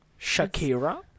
Shakira